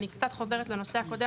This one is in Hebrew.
אני קצת חוזרת לנושא הקודם,